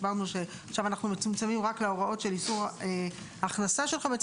הסברנו שעכשיו אנחנו מצמצמים רק להוראות של איסור הכנסה של חמץ,